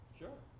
sure